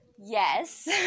Yes